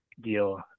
deal